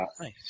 Nice